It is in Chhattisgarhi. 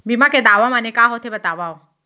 बीमा के दावा माने का होथे बतावव?